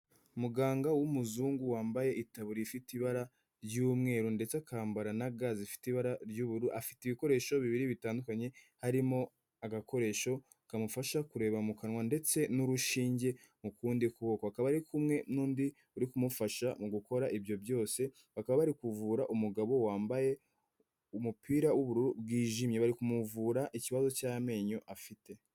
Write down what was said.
Muganga w'umuzungu wambaye itaburiya ifite ibara ry'umweru ndetse akambara na ga zifite ibara ry'ubururu afite ibikoresho bibiri bitandukanye harimo agakoresho kamufasha kureba mu kanwa ndetse n'urushinge mu kundi kuboko, bakaba bari kumwe n'undi uri kumufasha mu gukora ibyo byose, bakaba bari kuvura umugabo wambaye umupira w'ubururu bwijimye bari kumuvura ikibazo cy'amenyo afite.